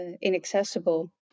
inaccessible